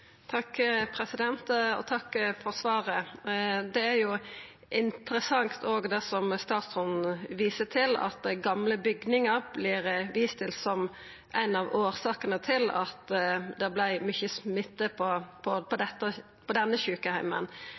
Takk for svaret. Det er interessant, det som statsråden òg viser til, at gamle bygningar blir viste til som ei av årsakene til at det vart mykje smitte på